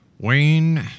Wayne